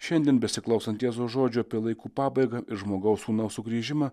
šiandien besiklausant jėzaus žodžio apie laikų pabaigą ir žmogaus sūnaus sugrįžimą